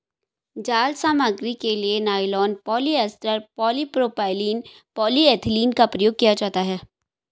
जाल सामग्री के लिए नायलॉन, पॉलिएस्टर, पॉलीप्रोपाइलीन, पॉलीएथिलीन का उपयोग किया जाता है